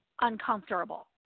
uncomfortable